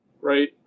Right